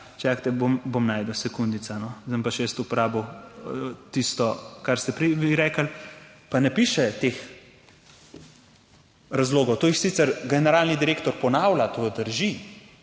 čakajte, bom našel, sekundica, no, zdaj bom pa še jaz uporabil tisto kar ste prej vi rekli. Pa ne piše teh razlogov. To jih sicer generalni direktor ponavlja, to drži,